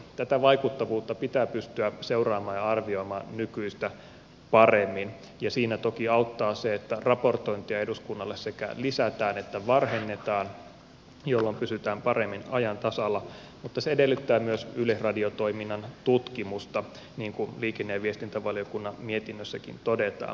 tätä vaikuttavuutta pitää pystyä seuraamaan ja arvioimaan nykyistä paremmin ja siinä toki auttaa se että raportointia eduskunnalle sekä lisätään että varhennetaan jolloin pysytään paremmin ajan tasalla mutta se edellyttää myös yleisradiotoiminnan tutkimusta niin kuin liikenne ja viestintävaliokunnan mietinnössäkin todetaan